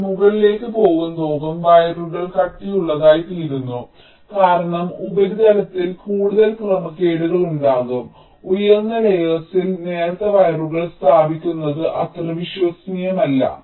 നമ്മൾ മുകളിലേക്ക് പോകുന്തോറും വയറുകൾ കട്ടിയുള്ളതായിത്തീരുന്നു കാരണം ഉപരിതലത്തിൽ കൂടുതൽ ക്രമക്കേടുകൾ ഉണ്ടാകും ഉയർന്ന ലേയേർസിൽ നേർത്ത വയറുകൾ സ്ഥാപിക്കുന്നത് അത്ര വിശ്വസനീയമല്ല